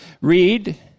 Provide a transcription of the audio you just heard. read